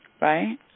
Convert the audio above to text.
Right